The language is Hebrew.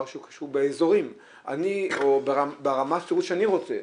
שהוא קשור באזורים או ברמת פירוט שאני רוצה.